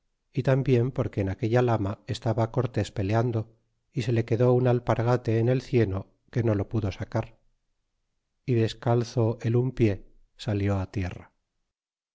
y tambien porque en aquella lama estaba cortés peleando y se le quedó un alpargate en el cieno que no lo pudo sacar y descalzo el un pie salió tierra